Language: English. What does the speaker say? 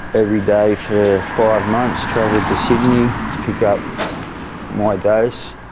every day for five months travelled to sydney to pick up my dose.